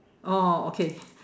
oh okay